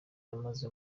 amaze